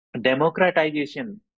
democratization